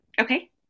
Okay